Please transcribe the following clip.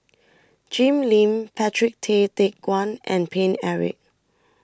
Jim Lim Patrick Tay Teck Guan and Paine Eric